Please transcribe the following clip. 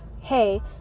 Hey